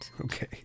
Okay